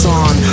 on